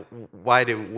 why do,